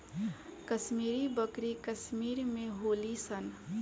कश्मीरी बकरी कश्मीर में होली सन